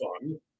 fun